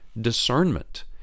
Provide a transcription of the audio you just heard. discernment